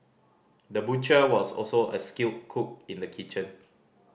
the butcher was also a skilled cook in the kitchen